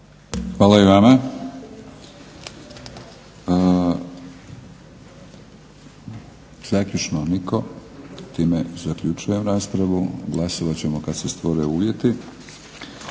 Hvala i vama. Zaključno nitko. Time zaključujem raspravu, glasovat ćemo kada se stvore uvjeti.